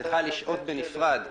צריכה לשהות בנפרד,